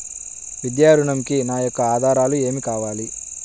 విద్యా ఋణంకి నా యొక్క ఆధారాలు ఏమి కావాలి?